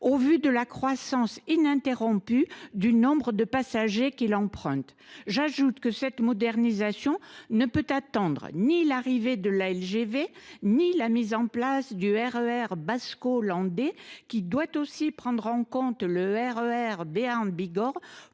au vu de la croissance ininterrompue du nombre de passagers qui l’empruntent. J’ajoute que cette modernisation ne peut attendre ni l’arrivée de la ligne à grande vitesse (LGV) ni la mise en place du RER basco landais, qui doit aussi prendre en compte le RER Béarn Bigorre